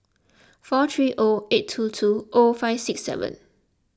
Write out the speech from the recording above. four three O eight two two O five six seven